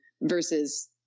versus